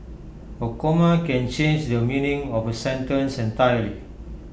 A comma can change the meaning of A sentence entirely